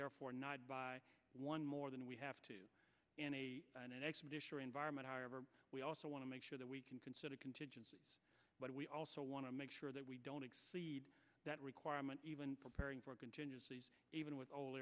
therefore not buy one more than we have to environment however we also want to make sure that we can consider contingencies but we also want to make sure that we don't exceed that requirement even preparing for contingencies even with all